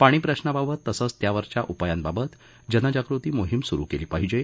पाणी प्रश्नाबाबत तसंच त्यावरच्या उपायांबाबत जनजागृती मोहीम स्रु केली पाहिजे